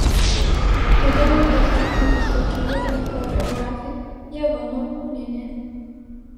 tai gali patvirtinti šokėja bei choreografė ieva norkūnienė